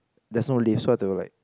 there's no lift so I had to like